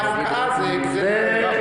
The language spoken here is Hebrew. עכשיו מר מועלם יקבל הודעה שיכול למשוך הכסף